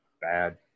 bad